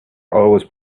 always